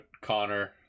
Connor